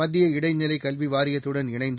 மத்திய இடைநிலை கல்வி வாரியத்துடன் இணைந்து